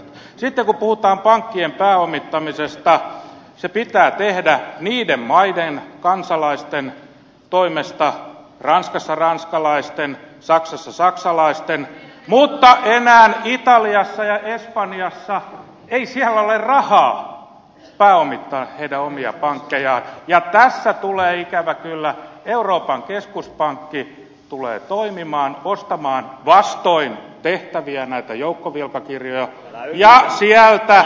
sitten kun puhutaan pankkien pääomittamisesta se pitää tehdä niiden maiden kansalaisten toimesta ranskassa ranskalaisten saksassa saksalaisten mutta enää italiassa ja espanjassa ei ole rahaa pääomittaa omia pankkeja ja tässä tulee ikävä kyllä euroopan keskuspankki toimimaan ostamaan vastoin tehtäviä näitä joukkovelkakirjoja ja sieltä tulee lasku tänne